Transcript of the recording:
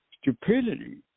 stupidity